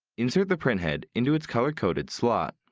insert the printhead into its color-coded slot.